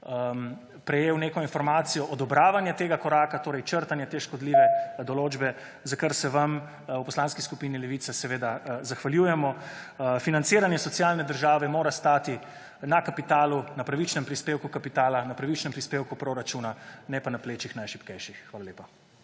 prejel neko informacijo odobravanja tega koraka torej črtanje te škodljive določbe za kar se vam v Poslanski skupini Levica zahvaljujemo. Financiranje socialne države mora stati na kapitalu, na pravičnem prispevku kapitala, na pravičnem prispevku proračuna ne pa na plečnih najšibkejših. Hvala lepa.